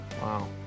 Wow